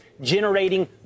generating